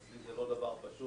ואצלי זה לא דבר פשוט,